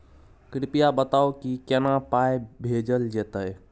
कृपया बताऊ की केना पाई भेजल जेतै?